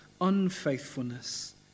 unfaithfulness